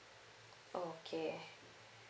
oh okay